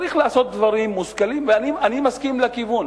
צריך לעשות דברים מושכלים, ואני מסכים לכיוון.